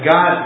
God